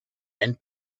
and